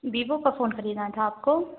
Vivo का phone ख़रीदना था आपको